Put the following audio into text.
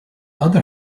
other